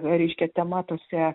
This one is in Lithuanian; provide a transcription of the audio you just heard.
reiškia tema tose